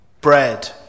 bread